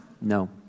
No